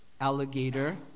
alligator